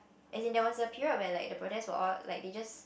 as in there was a period where like protest were all like they just